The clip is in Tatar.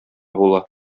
була